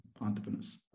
entrepreneurs